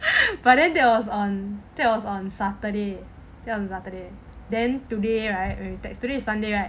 but then that was on that was on saturday that was on saturday then today right when we text today is sunday right